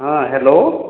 ହଁ ହ୍ୟାଲୋ